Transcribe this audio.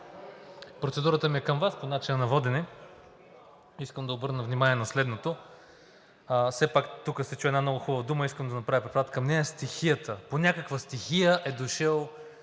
Процедурата ми е към Вас по начина на водене. Искам да обърна внимание на следното: все пак тук се чу една много хубава дума, искам да направя препратка към нея – стихията, по някаква стихия е дошъл